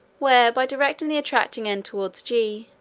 where, by directing the attracting end towards g,